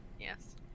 yes